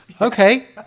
Okay